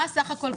מה הסך הכול,